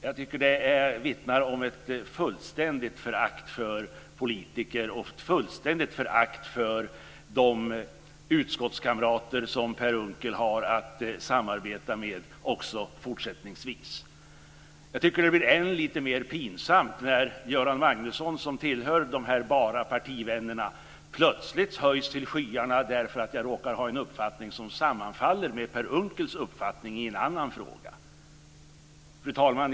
Jag tycker att det vittnar om ett fullständigt förakt för politiker och för de utskottskamrater som Per Unckel har att samarbeta med också fortsättningsvis. Det blir än mer pinsamt när Göran Magnusson, som tillhör de här bara partivännerna, plötsligt höjs till skyarna därför att Göran Magnusson råkar ha en uppfattning som sammanfaller med Per Unckels uppfattning i en annan fråga. Fru talman!